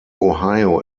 ohio